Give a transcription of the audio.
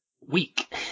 weak